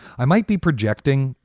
i might be projecting,